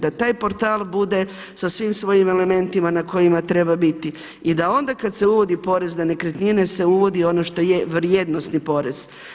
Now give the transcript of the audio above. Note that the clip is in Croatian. Da taj portal bude sa svim svojim elementima na kojima treba biti i da onda kada se uvodi porez na nekretnine se uvodi ono što je vrijednosni poreze.